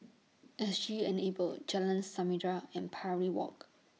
S G Enable Jalan Samarinda and Parry Walk